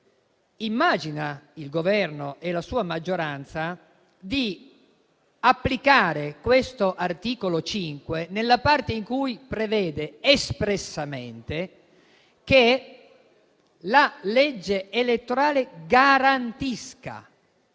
come il Governo e la sua maggioranza immaginano di applicare questo articolo 5 nella parte in cui prevede espressamente che la legge elettorale garantisca